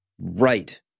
right